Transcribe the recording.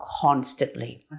constantly